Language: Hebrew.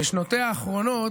בשנותיה האחרונות,